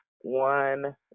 one